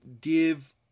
give